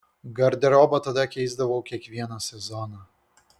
garderobą tada keisdavau kiekvieną sezoną